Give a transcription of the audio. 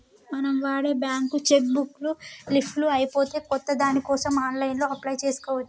మనం వాడే bank cheque book leafs అయిపోతే కొత్త దానికోసం ఆన్లైన్లో అప్లై చేసుకోవచ్చు